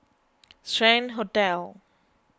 Strand Hotel